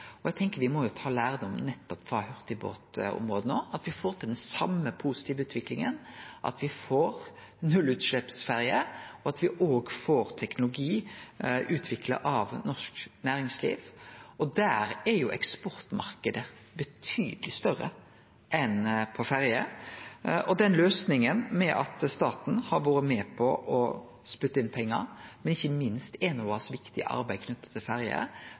Eg tenkjer at me må ta lærdom nettopp på hurtigbåtområdet no, at me får til den same positive utviklinga, at me får nullutsleppsferjer, og at me òg får teknologi utvikla av norsk næringsliv. Der er jo eksportmarknaden betydeleg større enn på ferjer. Den løysinga med at staten har vore med på å spytte inn pengar, men ikkje minst Enovas viktige arbeid knytt til